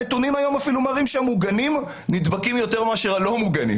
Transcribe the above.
הנתונים היום אפילו מראים שהמוגנים נדבקים יותר מאשר הלא מוגנים